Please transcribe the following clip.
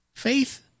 Faith